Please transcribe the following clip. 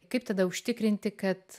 kaip tada užtikrinti kad